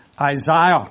Isaiah